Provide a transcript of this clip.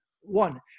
one